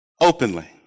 openly